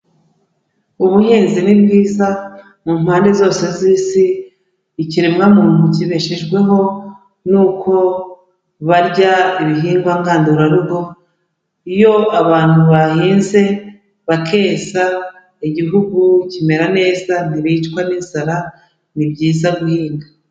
Ubuhinzi ni bwiza mu mpande zose z'isi, ikiremwamuntu kibeshejweho nuko barya ibihingwa ngandurarugo, iyo abantu bahinze bakeza igihugu kimera neza, ntibicwa n'inzara, ni byiza guhinga.